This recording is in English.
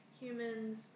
humans